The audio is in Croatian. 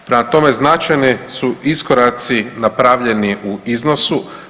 Prema tome, značajni su iskoraci napravljeni u iznosu.